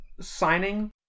Signing